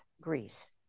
Greece